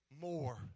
more